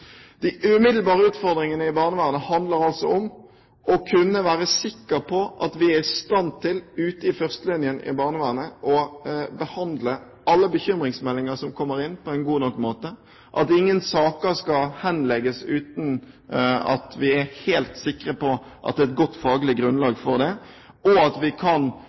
De umiddelbare utfordringene i barnevernet handler altså om å kunne være sikker på at vi ute i førstelinjen i barnevernet er stand til å behandle alle bekymringsmeldinger som kommer inn, på en god nok måte, at ingen saker skal henlegges uten at vi er helt sikre på at det er et godt faglig grunnlag for det, og at vi kan